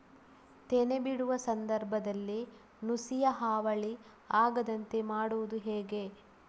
ತೆನೆ ಬಿಡುವ ಸಂದರ್ಭದಲ್ಲಿ ನುಸಿಯ ಹಾವಳಿ ಆಗದಂತೆ ಮಾಡುವುದು ಹೇಗೆ?